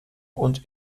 und